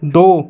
दो